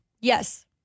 Yes